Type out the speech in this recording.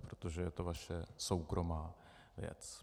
Protože je to vaše soukromá věc.